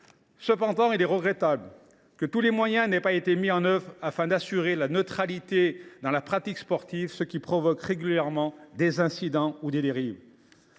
Cependant, il est regrettable que tous les moyens n’aient pas été mis en œuvre afin d’assurer la neutralité dans la pratique sportive, ce qui provoque régulièrement des incidents ou des dérives.